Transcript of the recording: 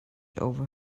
over